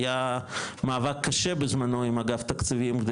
היה מאבק קשה בזמנו עם אגף תקציבים כדי